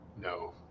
No